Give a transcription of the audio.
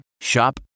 Shop